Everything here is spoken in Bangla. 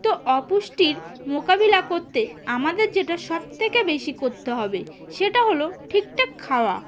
তো অপুষ্টির মোকাবিলা করতে আমাদের যেটা সবথেকে বেশি করতে হবে সেটা হলো ঠিকঠাক খাওয়া